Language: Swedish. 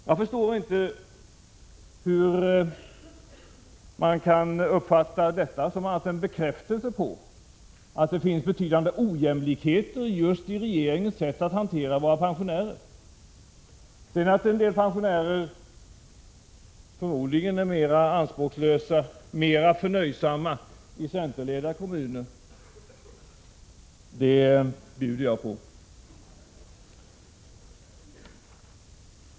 Jag förstår inte hur man kan uppfatta detta som annat än en bekräftelse på att det finns betydande ojämlikheter i regeringens sätt att hantera våra pensionärer. Att sedan en del pensionärer förmodligen är mer anspråkslösa, mer förnöjsamma, i centerledda kommuner — det bjuder jag på.